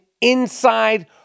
inside